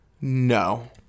No